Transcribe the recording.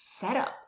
setup